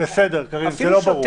קארין, זה לא ברור.